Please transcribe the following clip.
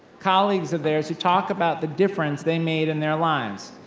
colleagues of theirs, who talk about the difference they made in their lives.